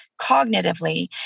cognitively